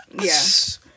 yes